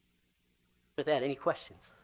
with that, any questions?